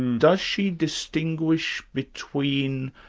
does she distinguish between